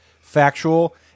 factual